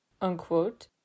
unquote